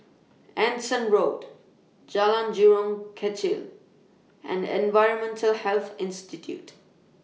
Anson Road Jalan Jurong Kechil and Environmental Health Institute